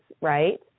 Right